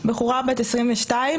בחורה בת 22,